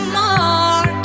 more